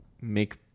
make